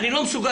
אני לא מסוגל,